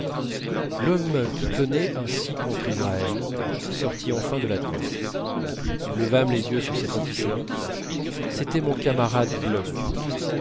l'homme qui tonnait ainsi contre israël sortit enfin de la tente nous levâmes les yeux sur cet antisémite c'était mon camarade bloch